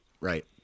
right